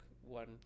one